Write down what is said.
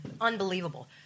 unbelievable